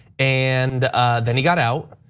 and then he got out,